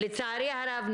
לצערי הרב,